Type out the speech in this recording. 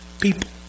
People